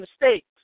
mistakes